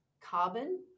carbon